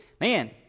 man